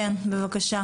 כן, בבקשה.